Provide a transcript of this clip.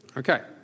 Okay